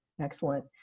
excellent